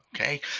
Okay